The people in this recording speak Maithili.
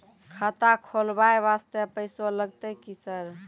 खाता खोलबाय वास्ते पैसो लगते की सर?